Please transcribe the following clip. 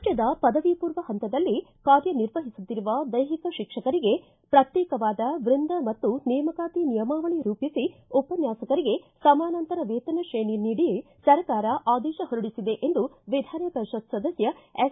ರಾಜ್ಯದ ಪದವಿಪೂರ್ವ ಹಂತದಲ್ಲಿ ಕಾರ್ಯ ನಿರ್ವಹಿಸುತ್ತಿರುವ ದೈಹಿಕ ಶಿಕ್ಷಕರಿಗೆ ಪ್ರತ್ಯೇಕವಾದ ವೃಂದ ಮತ್ತು ನೇಮಕಾತಿ ನಿಯಮಾವಳಿ ರೂಪಿಸಿ ಉಪನ್ಯಾಸಕರಿಗೆ ಸಮಾನಾಂತರ ವೇತನ ತ್ರೇಣಿ ನೀಡಿ ಸರ್ಕಾರ ಆದೇಶ ಹೊರಡಿಸಿದೆ ಎಂದು ವಿಧಾನ ಪರಿಷತ್ ಸದಸ್ಯ ಎಸ್